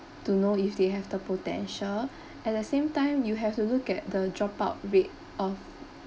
to know if they have the potential at the same time you have to look at the dropout rate of